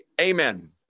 amen